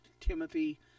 Timothy